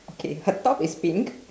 okay her top is pink